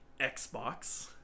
Xbox